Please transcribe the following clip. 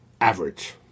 Average